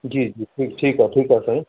जी जी ठीकु ठीकु आहे ठीकु आहे साईं